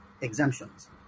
exemptions